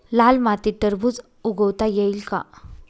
लाल मातीत टरबूज उगवता येईल का?